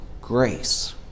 grace